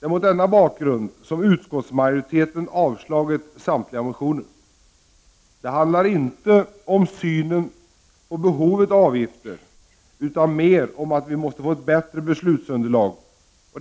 Det är mot den bakgrunden som utskottsmajoriteten har avstyrkt samtliga motioner. Det handlar inte om synen på behovet av avgifter utan mera om att vi måste få ett bättre beslutsunderlag.